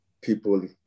people